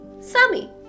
Sammy